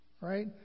right